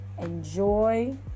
Enjoy